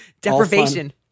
deprivation